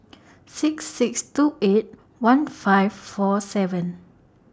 six six two eight one five four seven